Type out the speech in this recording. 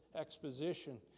exposition